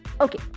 Okay